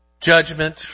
Judgment